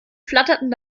flatterten